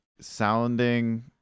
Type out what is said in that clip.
sounding